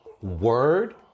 word